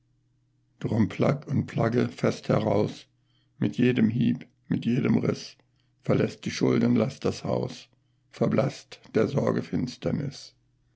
drum plagg und plagge fest heraus mit jedem hieb mit jedem riß verläßt die schuldenlast das haus verblaßt der sorge finsternis